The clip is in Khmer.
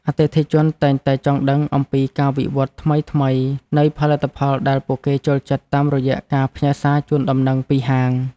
អតិថិជនតែងតែចង់ដឹងអំពីការវិវត្តថ្មីៗនៃផលិតផលដែលពួកគេចូលចិត្តតាមរយៈការផ្ញើសារជូនដំណឹងពីហាង។